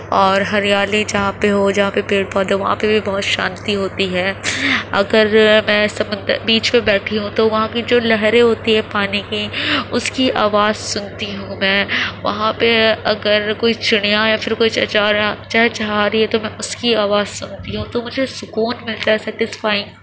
اور ہریالی جہاں پہ ہو جہاں پہ پیڑ پودے ہوں وہاں پہ بھی بہت شانتی ہوتی ہے اگر میں سمندر بیچ پہ بیٹھی ہوں تو وہاں کی جو لہریں ہوتی ہیں پانی کی اس کی آواز سنتی ہوں میں وہاں پہ اگر کوئی چڑیا یا پھر کوئی چہچہا رہا چہچہا رہی ہے تو میں اس کی آواز سنتی ہوں تو مجھے سکون ملتا ہے سیٹسفائنگ